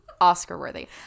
Oscar-worthy